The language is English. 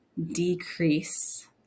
decrease